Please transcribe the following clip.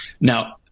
Now